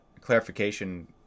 clarification